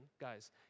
guys